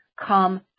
come